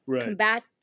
combat